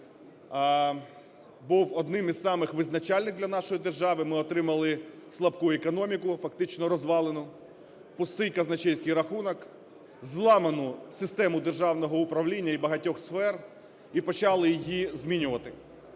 був одним із самих визначальних для нашої держави. Ми отримали слабку економіку, фактично розвалену, пустий казначейський рахунок, зламану систему державного управління і багатьох сфер, і почали її змінювати.